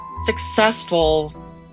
successful